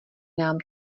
nám